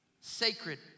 Sacred